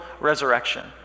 resurrection